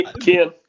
Ken